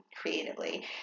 creatively